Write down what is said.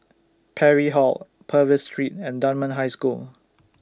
Parry Hall Purvis Street and Dunman High School